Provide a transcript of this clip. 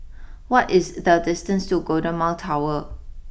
what is the distance to Golden Mile Tower